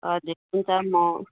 हजुर हुन्छ म